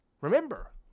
remember